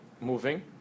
moving